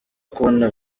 kubona